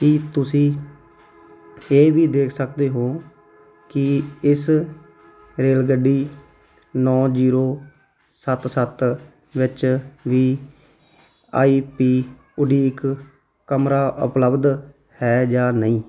ਕੀ ਤੁਸੀਂ ਇਹ ਵੀ ਦੇਖ ਸਕਦੇ ਹੋ ਕਿ ਇਸ ਰੇਲਗੱਡੀ ਨੌ ਜੀਰੋ ਸੱਤ ਸੱਤ ਵਿੱਚ ਵੀ ਆਈ ਪੀ ਉਡੀਕ ਕਮਰਾ ਉਪਲੱਬਧ ਹੈ ਜਾਂ ਨਹੀਂ